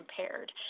impaired